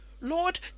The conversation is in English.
Lord